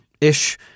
ish